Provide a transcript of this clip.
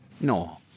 No